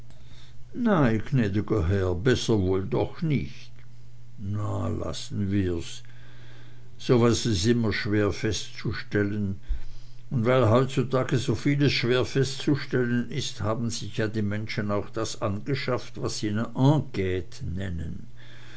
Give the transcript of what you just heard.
gnäd'ger herr besser doch wohl nich na lassen wir's so was is immer schwer festzustellen und weil heutzutage so vieles schwer festzustellen ist haben sich ja die menschen auch das angeschafft was sie ne enquete nennen